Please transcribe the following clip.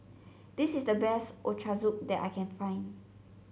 this is the best Ochazuke that I can find